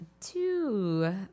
two